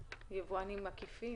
יכול להיות שהיבואן הזעיר,